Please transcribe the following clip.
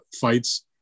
fights